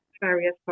various